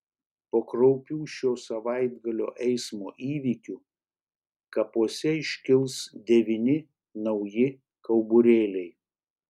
po kraupių šio savaitgalio eismo įvykių kapuose iškils devyni nauji kauburėliai